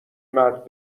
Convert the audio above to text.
مرد